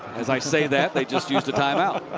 as i say that, they just used a time-out.